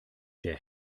der